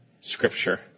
Scripture